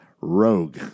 rogue